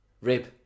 Rib